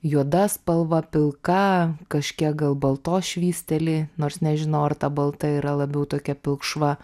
juoda spalva pilka kažkiek gal baltos švysteli nors nežinau ar ta balta yra labiau tokia pilkšva